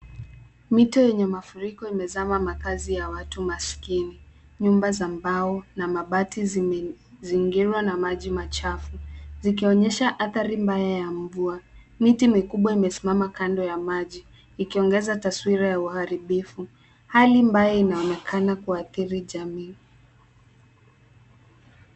Mito yenye mafuriko imezama makazi ya watu maskini. Nyumba za mbao na mabati zimezingirwa na maji machafu, zikionyesha athari mbaya ya mvua. Mit mikubwa imesimama kando ya maji, ikiongeza taswira ya uharibifu. Hali mbaya inaonekana kuathiri jamii.